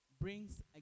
brings